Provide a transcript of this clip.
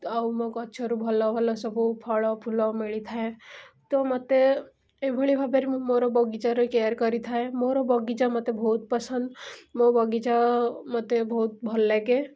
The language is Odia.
ତ ଆଉ ମୋ ଗଛରୁ ଭଲ ଭଲ ସବୁ ଫଳ ଫୁଲ ମିଳିଥାଏ ତ ମୋତେ ଏଭଳି ଭାବରେ ମୁଁ ମୋର ବଗିଚାର କେୟାର୍ କରିଥାଏ ମୋର ବଗିଚା ମୋତେ ବହୁତ ପସନ୍ଦ ମୋ ବଗିଚା ମୋତେ ବହୁତ ଭଲ ଲାଗେ